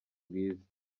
bwiza